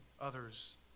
others